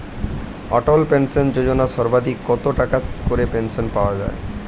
অটল pension যোজনা সর্বাধিক কত টাকা করে পেনশন পাওয়া যায়?